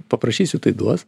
paprašysiu tai duos